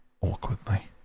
awkwardly